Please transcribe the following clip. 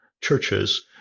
churches